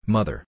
Mother